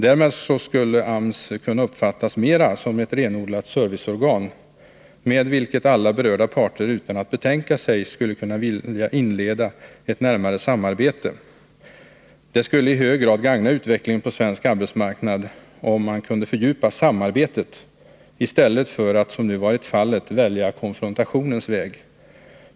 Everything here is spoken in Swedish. Därmed skulle AMS kunna uppfattas mera som ett renodlat serviceorgan, med vilket alla berörda parter utan att betänka sig skulle kunna vilja inleda ett närmare samarbete. Det skulle i hög grad gagna utvecklingen på svensk arbetsmarknad, om man kunde fördjupa samarbetet i stället för att, som nu varit fallet, välja konfrontationens väg.